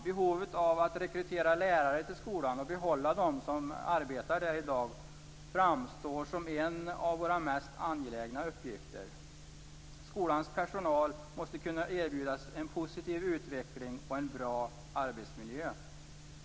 Behovet av att rekrytera lärare till skolan och behålla de som arbetar där i dag framstår som en av våra mest angelägna uppgifter. Skolans personal måste kunna erbjudas en positiv utveckling och en bra arbetsmiljö.